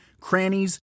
crannies